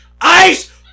Ice